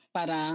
Para